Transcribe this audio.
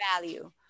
value